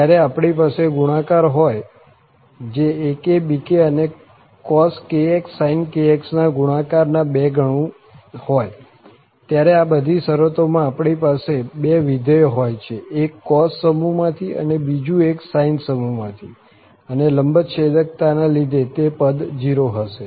જ્યારે આપણી પાસે ગુણાકાર હોય જે akbkઅને cos kx sin kx ના ગુણાકારના 2 ગણું હોય ત્યારે આ બધી શરતોમાં આપણી પાસે બે વિધેયો હોય છે એક cos સમુહમાંથી અને બીજું એક sin સમુહમાંથી અને લંબચ્છેદકતાના લીધે તે પદ 0 હશે